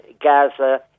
Gaza